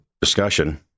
discussion